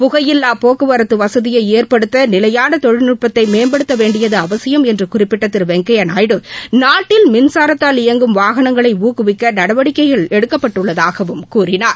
புகையில்லா போக்குவரத்து வசதியை ஏற்படுத்த நிலையான தொழில்நுட்பத்தை மேம்படுத்த வேண்டியது அவசியம் குறிப்பிட்ட என்று திரு வெங்கப்யா நாயுடு நாட்டில் மின்சாரத்தால் இயங்கும் வாகனங்களை ஊக்குவிக்க நடவடிக்கைக்கள் எடுக்கப்பட்டுள்ளதாகவும் கூறினார்